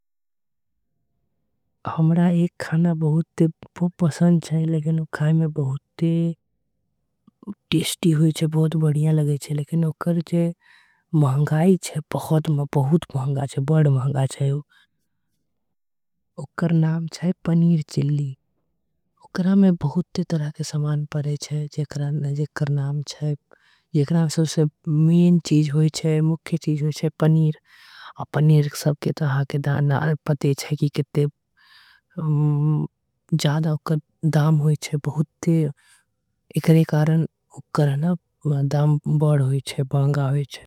हमरा एक खाना बहुत पसंद छे लेकिन ऊ बहुत। टेस्टी छे बढ़ महंगा, आऊ बहुत महंगा छे ओकर। नाम छे पनीर चिली ओकरा में बहुत तरह के समान। परे छे जेकरा नाम छे जेकरा मेन चीज होई छे। पनीर पनीर सबके पता होई छे के एकर दाम होई छे